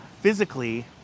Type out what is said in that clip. physically